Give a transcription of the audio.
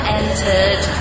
entered